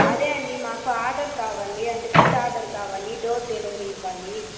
అదే అండీ మాకు ఆర్డర్ కావాలి అంటే ఫుడ్ ఆర్డర్ కావాలి డోర్ డెలివరీ ఇవ్వాలి